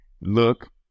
Look